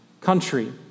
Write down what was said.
country